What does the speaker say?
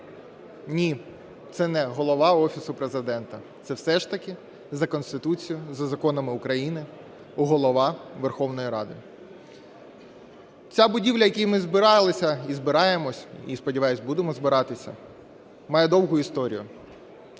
Ні, це не голова Офісу Президента, це все ж таки за Конституцією, за законами України Голова Верховної Ради. Ця будівля, в якій ми збиралися і збираємося, і, сподіваюсь, будемо збиратися, має довгу історію.